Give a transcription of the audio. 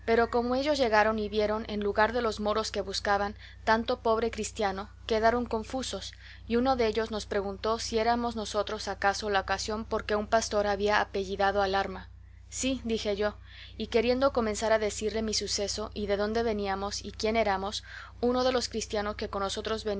como ellos llegaron y vieron en lugar de los moros que buscaban tanto pobre cristiano quedaron confusos y uno dellos nos preguntó si éramos nosotros acaso la ocasión por que un pastor había apellidado al arma sí dije yo y queriendo comenzar a decirle mi suceso y de dónde veníamos y quién éramos uno de los cristianos que con nosotros